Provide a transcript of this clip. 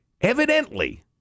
Evidently